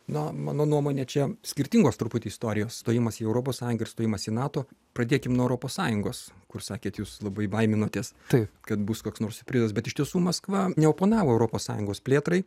na mano nuomone čia skirtingos truputį istorijos stojimas į europos sąjungą ir stojimas į nato pradėkim nuo europos sąjungos kur sakėt jūs labai baiminotės taip kad bus koks nors siurprizas bet iš tiesų maskva neoponavo europos sąjungos plėtrai